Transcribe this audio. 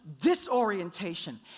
disorientation